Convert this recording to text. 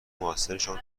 موثرشان